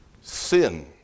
Sin